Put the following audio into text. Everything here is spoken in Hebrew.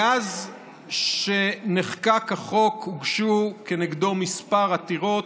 מאז שנחקק החוק הוגשו נגדו כמה עתירות.